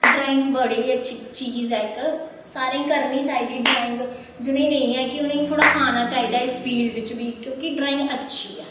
drawing बड़ी अच्छी चीज ऐ इक सारें गी करनी चाहिदी ड्राइंग जि'नें गी नेईं ऐ कि उ'नें गी थोह्ड़ा औना चाहिदा ऐ इस फील्ड च बी क्योंकि ड्राइंग अच्छी ऐ